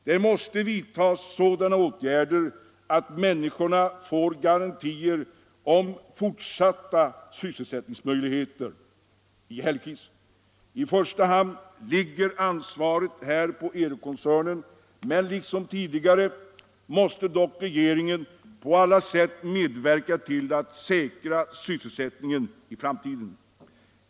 Det måste vidtas sådana åtgärder att människorna får garantier om de fortsatta sysselsättningsmöjligheterna. I första hand ligger ansvaret här på Eurockoncernen. Liksom tidigare måste dock regeringen på alla sätt medverka till att säkra sysselsättningen i framtiden.